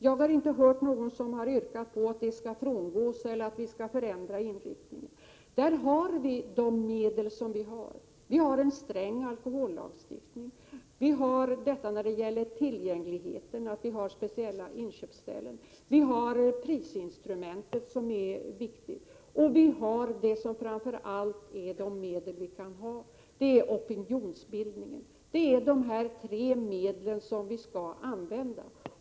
Jag har inte hört att någon har yrkat på att detta beslut skall frångås eller att vi skall ändra inriktningen. De medel som vi har i detta arbete är en sträng alkohollagstiftning. När det gäller tillgängligheten får ju alkohol inköpas på endast vissa ställen. Vi har även prisinstrumentet, som också är viktigt. Och framför allt har vi opinionsbildningen. Det är dessa medel som skall användas.